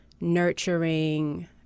nurturing